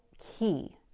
key